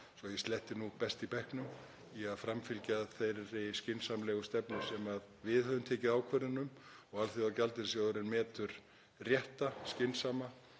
að ég sletti nú, best í bekknum í að framfylgja þeirri skynsamlegu stefnu sem við höfðum tekið ákvörðun um og Alþjóðagjaldeyrissjóðurinn metur rétta, skynsamlega